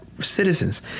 citizens